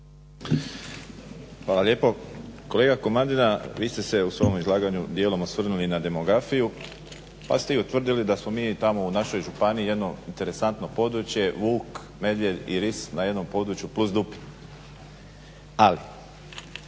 Hvala lijepo. Kolega Komadina, vi ste se u svom izlaganju dijelom osvrnuli na demografiju, pa ste i utvrdili da smo mi tamo u našoj županiji jedno interesantno područje vuk, medvjed i ris na jednom području …/Govornik